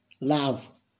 love